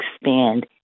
expand